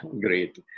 great